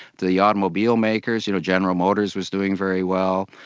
the automobile makers, you know general motors, was doing very well.